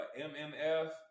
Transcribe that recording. MMF